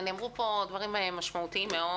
נאמרו פה דברים משמעותיים מאוד.